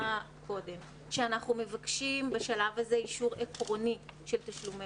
אמרה קודם שאנחנו מבקשים בשלב הזה אישור עקרוני של תשלומי